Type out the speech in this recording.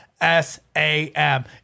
S-A-M